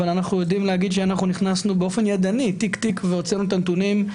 אבל אנחנו יודעים להגיד שאנחנו נכנסנו באופן ידני והוצאנו את הנתונים,